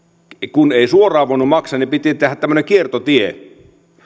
kun ei suoraan voinut maksaa niin piti tehdä tämmöinen kiertotie